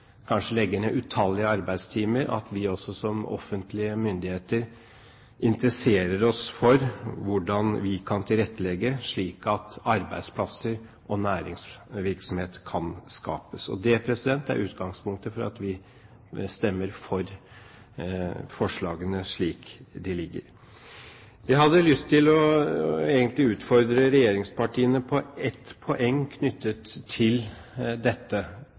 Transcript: kanskje legger ned utallige arbeidstimer. Vi må som offentlige myndigheter interessere oss for hvordan vi kan tilrettelegge slik at arbeidsplasser og næringsvirksomhet kan skapes. Og det er utgangspunktet for at vi stemmer for forslagene slik de foreligger. Jeg hadde egentlig lyst til å utfordre regjeringspartiene på ett poeng knyttet til dette.